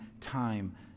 time